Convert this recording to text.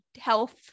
health